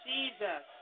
Jesus